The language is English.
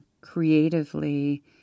creatively